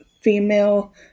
female